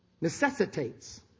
necessitates